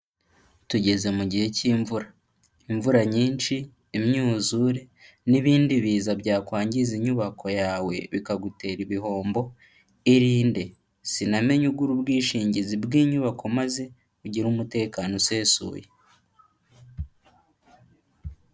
Tugeze mu gihe cy'imvura, imvura nyinshi, imyuzure n'ibindi biza byakwangiza inyubako yawe bikagutera ibihombo, irinde sinamenye ugura ubwishingizi bw'inyubako maze ugire umutekano usesuye.